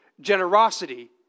generosity